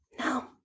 No